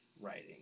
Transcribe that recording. writing